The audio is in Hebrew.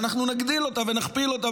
ואנחנו נגדיל אותה ונכפיל אותה,